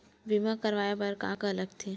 बीमा करवाय बर का का लगथे?